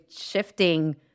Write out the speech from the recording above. shifting